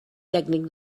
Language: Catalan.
tècnic